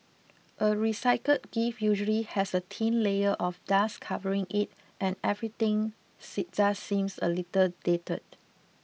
a recycled gift usually has a thin layer of dust covering it and everything see just seems a little dated